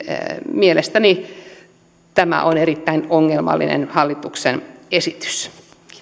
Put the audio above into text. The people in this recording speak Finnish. mielestäni tämä on erittäin ongelmallinen hallituksen esitys